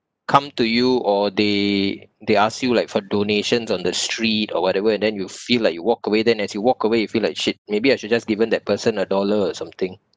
come to you or they they ask you like for donations on the street or whatever and then you feel like you walk away then as you walk away you feel like shit maybe I should just given that person a dollar or something